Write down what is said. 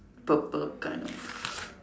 purple kind of